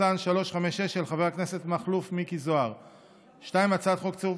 של חבר הכנסת מכלוף מיקי זוהר; 2. הצעת חוק צירוף